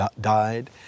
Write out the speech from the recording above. died